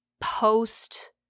post